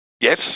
Yes